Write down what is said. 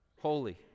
Holy